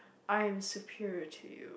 I am superior to you